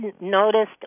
noticed